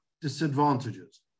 disadvantages